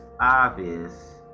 obvious